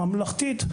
משלחת ממלכתית,